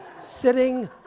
sitting